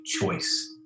choice